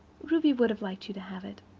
ruby would have liked you to have it.